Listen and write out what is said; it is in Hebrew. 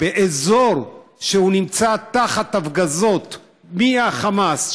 באזור שנמצא תחת הפגזות מהחמאס,